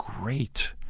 great